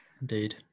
Indeed